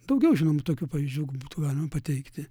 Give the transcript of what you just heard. daugiau žinoma tokių pavyzdžių būtų pateikti